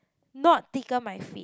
not tickle my feet